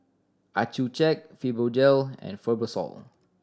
Accucheck Fibogel and Fibrosol